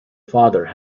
father